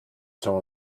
some